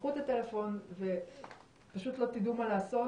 תיקחו את הטלפון ופשוט לא תדעו מה לעשות